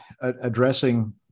addressing